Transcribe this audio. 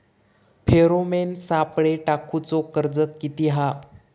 Pheromone सापळे टाकूचो खर्च किती हा?